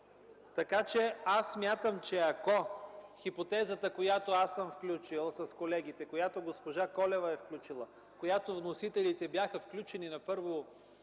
Така че аз смятам, че ако хипотезата, която сме включили с колегите, която госпожа Колева е включила, която вносителите бяха включили на първо